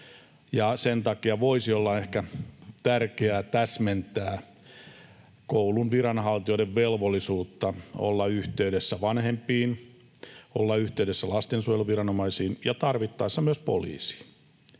sen takia voisi olla ehkä tärkeää täsmentää koulun viranhaltijoiden velvollisuutta olla yhteydessä vanhempiin, olla yhteydessä lastensuojeluviranomaisiin ja tarvittaessa myös poliisiin.